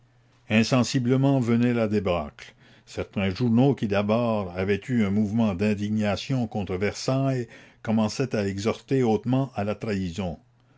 insensiblement venait la débâcle certains journaux qui d'abord avaient eu un mouvement d'indignation contre versailles commençaient à exhorter hautement à la trahison